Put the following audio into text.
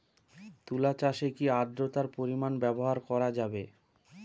তুলা চাষে কি আদ্রর্তার পরিমাণ ব্যবহার করা যাবে?